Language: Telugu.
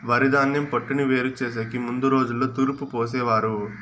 వరిధాన్యం పొట్టును వేరు చేసెకి ముందు రోజుల్లో తూర్పు పోసేవారు